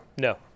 no